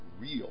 real